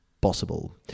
possible